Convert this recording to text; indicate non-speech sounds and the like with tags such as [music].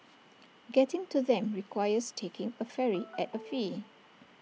getting to them requires taking A ferry [noise] at A fee